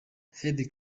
third